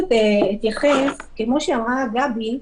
כמו שאמרה גבי,